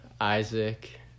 isaac